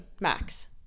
max